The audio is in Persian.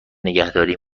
نگهداری